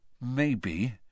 maybe